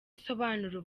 asobanura